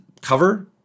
cover